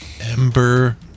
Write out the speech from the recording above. Ember